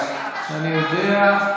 להפריע.